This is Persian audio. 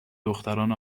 دختران